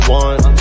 one